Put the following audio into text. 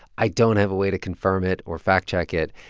i don't have a way to confirm it or fact-check it.